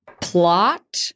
plot